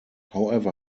however